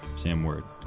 sam word.